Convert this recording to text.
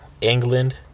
England